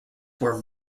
were